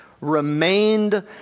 remained